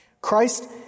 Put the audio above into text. Christ